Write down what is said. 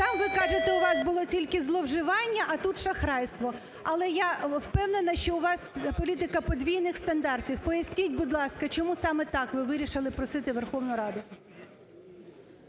Там, ви кажете, у вас було тільки зловживання, а тут шахрайство, але я впевнена, що у вас політика подвійних стандартів. Поясніть, будь ласка, чому саме так ви вирішили просити Верховну Раду?